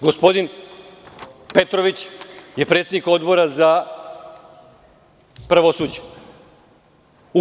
Gospodin Petrović je predsednik Odbora za pravosuđe.